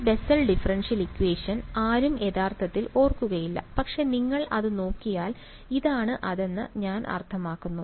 ഈ Bessel differential equation ആരും യഥാർത്ഥത്തിൽ ഓർക്കുകയില്ല പക്ഷേ നിങ്ങൾ അത് നോക്കിയാൽ ഇതാണ് അതെന്ന് ഞാൻ അർത്ഥമാക്കുന്നു